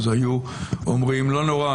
אז היו אומרים: לא נורא,